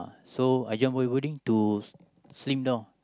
so I join bodybuilding to buy